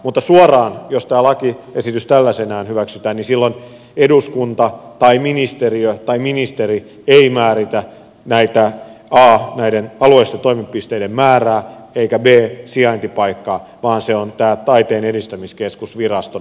mutta suoraan jos tämä lakiesitys tällaisenaan hyväksytään niin silloin eduskunta tai ministeriö tai ministeri ei määritä a näiden alueellisten toimipisteiden määrää eikä b sijaintipaikkaa vaan se on tämä taiteen edistämiskeskus virastona